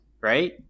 right